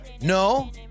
No